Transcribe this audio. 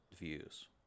views